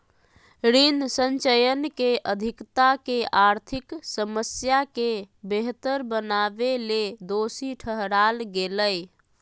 ऋण संचयन के अधिकता के आर्थिक समस्या के बेहतर बनावेले दोषी ठहराल गेलय